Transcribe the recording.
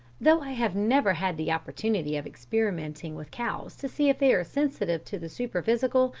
though i have never had the opportunity of experimenting with cows to see if they are sensitive to the superphysical,